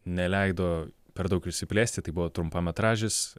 neleido per daug išsiplėsti tai buvo trumpametražis